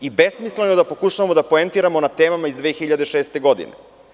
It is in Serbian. I besmisleno je da pokušavamo da poentiramo na temama iz 2006. godine.